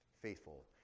faithful